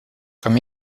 comme